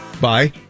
Bye